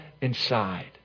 inside